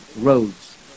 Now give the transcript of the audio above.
roads